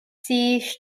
stuart